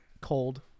Cold